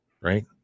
Right